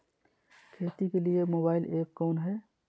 खेती के लिए मोबाइल ऐप कौन है?